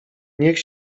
niech